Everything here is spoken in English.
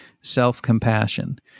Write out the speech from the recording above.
self-compassion